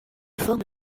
forme